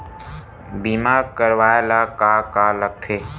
बीमा करवाय ला का का लगथे?